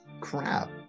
crap